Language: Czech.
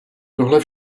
tohle